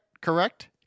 Correct